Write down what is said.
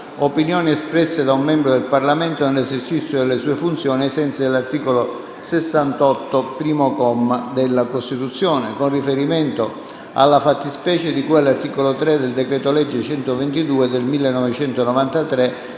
opinioni espresse da un membro del Parlamento nell'esercizio delle sue funzioni, ai sensi dell'articolo 68, primo comma, della Costituzione, con riferimento alla fattispecie di cui all'articolo 3 del decreto-legge n. 122 del 1993,